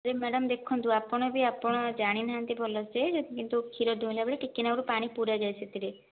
ଯେ ମାଡ଼ାମ ଦେଖନ୍ତୁ ଆପଣ ବି ଆପଣ ଜାଣି ନାହାନ୍ତି ଭଲ ସେ କିନ୍ତୁ କ୍ଷୀର ଦୁଇଁଲାବେଳେ ଟିକିଏ ନାକୁରୁ ପାଣି ପୁରାଯାଏ ସେଥିରେ